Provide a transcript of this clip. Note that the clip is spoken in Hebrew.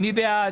מי בעד?